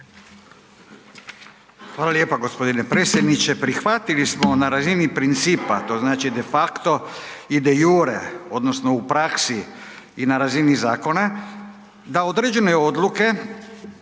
Hvala lijepa g. predsjedniče. Prihvatili smo na razini principa, to znači defakto i „de iure“ odnosno i u praksi i na razini zakona da određene odluke